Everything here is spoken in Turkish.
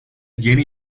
yeni